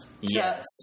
Yes